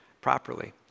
properly